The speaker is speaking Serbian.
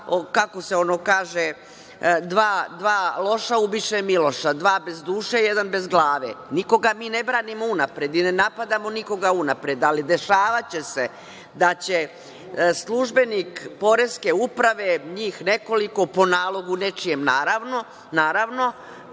kako se ono kaže – dva loša ubiše Miloša, dva bez duše, jedan bez glave. Nikoga mi ne branimo unapred i ne napadamo nikoga unapred, ali dešavaće se da će službenik Poreske uprave, njih nekoliko, po nečijem nalogu naravno,